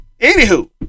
Anywho